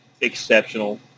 exceptional